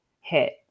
hit